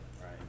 right